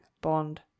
Bond